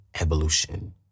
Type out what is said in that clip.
evolution